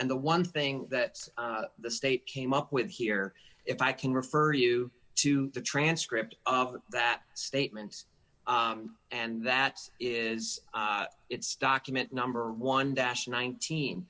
and the one thing that the state came up with here if i can refer you to the transcript of that statement and that is it's document number one dash nineteen